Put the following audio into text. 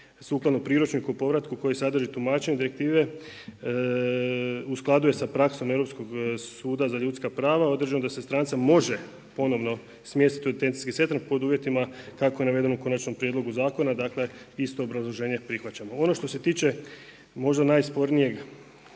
sukladno priručniku o povratku koji sadrži tumačenje direktive u skladu je sa praksom Europskog suda za ljudska prava, određeno je da se strance može ponovno smjestiti u …/Govornik se ne razumije./… pod uvjetima kako je navedeno u konačnom prijedlogu zakona, dakle isto obrazloženje prihvaćamo. Ono što se tiče možda najspornijeg